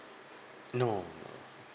no